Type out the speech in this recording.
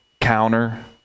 counter